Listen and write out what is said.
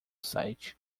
site